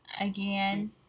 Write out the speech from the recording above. Again